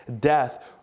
death